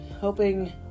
Hoping